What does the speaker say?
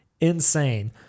Insane